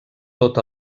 tot